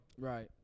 Right